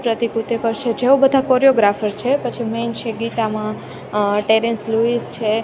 પ્રતિ ભૂતિ કર્સે જેઓ બધા કોરિયોગ્રાફર્સ છે પછી મેન છે ગીતા માં ટેરેન્સ લુઈસ છે